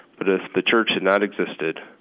but if the church had not existed,